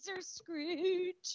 Scrooge